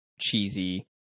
cheesy